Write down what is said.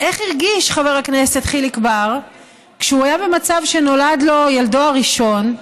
איך הרגיש חבר הכנסת חיליק בר כשהוא היה במצב שנולד לו ילדו הראשון,